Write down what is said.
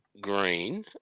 Green